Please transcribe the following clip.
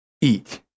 eat